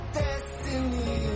destiny